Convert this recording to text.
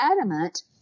adamant